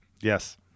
Yes